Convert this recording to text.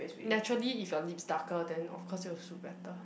naturally if your lips darker then of course it will suit better